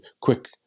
quick